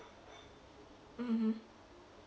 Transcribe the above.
mmhmm